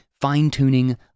fine-tuning